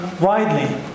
widely